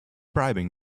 bribing